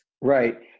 Right